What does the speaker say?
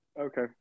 Okay